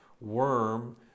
worm